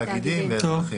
תאגידים ואזרחים.